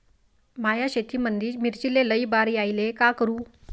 माया शेतामंदी मिर्चीले लई बार यायले का करू?